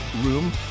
room